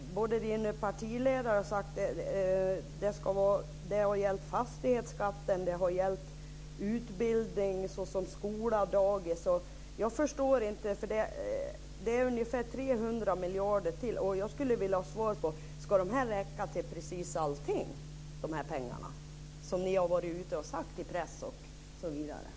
Er partiledare har sagt att det ska gälla fastighetsskatten och utbildning, både skola och dagis. Det handlar om ungefär 300 miljarder till, och jag skulle vilja ha svar på om dessa pengar ska räcka till precis allting, vilket ni har sagt i pressen och på andra håll.